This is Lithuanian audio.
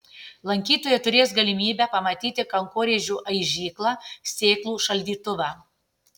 lankytojai turės galimybę pamatyti kankorėžių aižyklą sėklų šaldytuvą